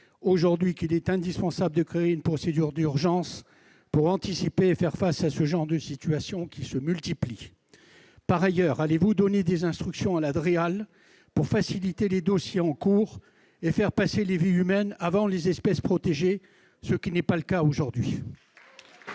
aujourd'hui, qu'il est indispensable de créer une procédure d'urgence pour anticiper et faire face à ce genre de situations, qui se multiplient ? Par ailleurs, allez-vous donner des instructions à la Dreal pour faciliter les dossiers en cours et faire passer les vies humaines avant les espèces protégées, ce qui n'est pas le cas aujourd'hui ?